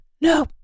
No